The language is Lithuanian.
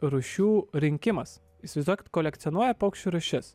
rūšių rinkimas įsivaizduokit kolekcionuoja paukščių rūšis